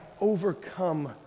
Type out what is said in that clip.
overcome